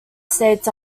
states